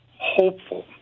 hopeful